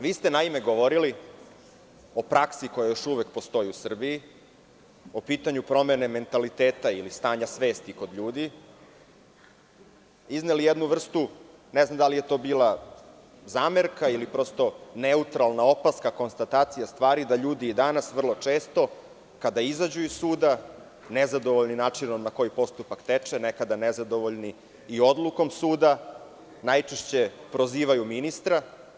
Naime, vi ste govorili o praksi koja još uvek postoji u Srbiji, o pitanju promene mentaliteta ili stanja svesti kod ljudi, izneli jednu vrstu, ne znam da li je to bila zamerka ili neutralna opaska, konstatacija stvari, da ljudi i danas vrlo često kada izađu iz suda, nezadovoljni načinom na koji postupak teče, nekada nezadovoljni i odlukom suda, najčešće prozivaju ministra.